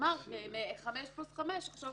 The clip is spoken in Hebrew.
אמרת שמחמש שנים פלוס חמש שנים,